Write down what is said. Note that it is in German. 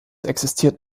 existiert